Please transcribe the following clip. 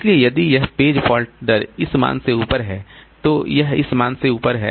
इसलिए यदि यह पेज फॉल्ट दर इस मान से ऊपर है तो यह इस मान से ऊपर है